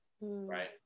right